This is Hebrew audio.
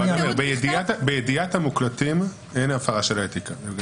בידיעת המוקלטים אין הפרה של אתיקה.